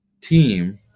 team